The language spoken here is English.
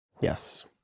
Yes